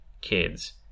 kids